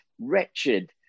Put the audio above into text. wretched